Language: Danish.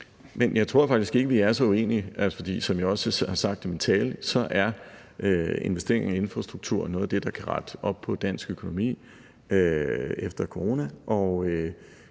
Jeg tror faktisk ikke, vi er så uenige, for som jeg også har sagt i min tale, er investeringer i infrastruktur noget af det, der kan rette op på dansk økonomi efter coronaen,